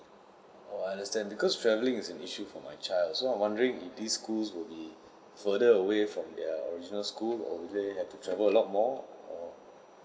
I understand because travelling is an issue for my child so I'm wondering if these schools would be further away from their original school or will they have to travel a lot more or